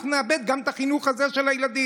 אנחנו נאבד גם את החינוך הזה של הילדים.